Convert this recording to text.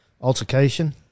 altercation